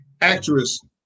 actress